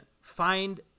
find